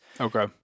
Okay